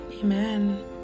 Amen